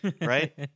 right